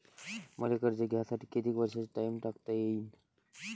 मले कर्ज घ्यासाठी कितीक वर्षाचा टाइम टाकता येईन?